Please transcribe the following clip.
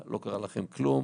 לא קרה לכם כלום,